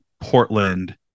Portland